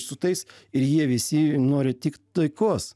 su tais ir jie visi nori tik taikos